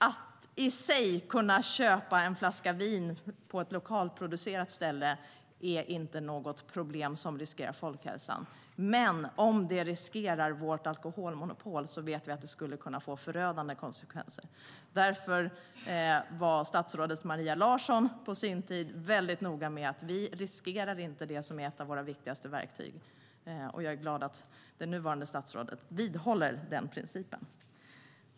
Att kunna köpa en flaska lokalproducerat vin på ett ställe är inte något problem som riskerar folkhälsan, men om det riskerar vårt alkoholmonopol vet vi att det skulle kunna få förödande konsekvenser. Därför var statsrådet Maria Larsson på sin tid noga med att vi inte skulle riskera det som är ett av våra viktigaste verktyg. Jag är glad att det nuvarande statsrådet vidhåller den principen.